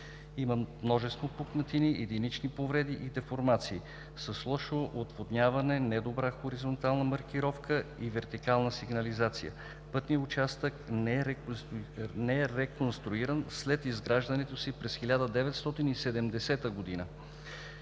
има множество пукнатини, единични повреди и деформации, с лошо отводняване, недобра хоризонтална маркировка и вертикална сигнализация. Пътният участък не е реконструиран след изграждането си през 1970 г.